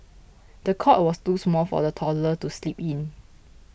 the cot was too small for the toddler to sleep in